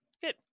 good